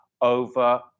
over